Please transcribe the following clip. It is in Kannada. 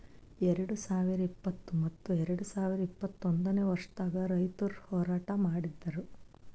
ಎರಡು ಸಾವಿರ ಇಪ್ಪತ್ತು ಮತ್ತ ಎರಡು ಸಾವಿರ ಇಪ್ಪತ್ತೊಂದನೇ ವರ್ಷದಾಗ್ ರೈತುರ್ ಹೋರಾಟ ಮಾಡಿದ್ದರು